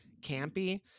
campy